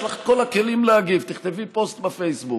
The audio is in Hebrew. יש לך כל הכלים להגיב: תכתבי פוסט בפייסבוק